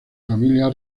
familia